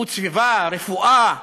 איכות הסביבה, רפואה,